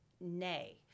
Nay